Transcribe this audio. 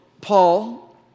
Paul